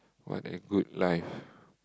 what a good life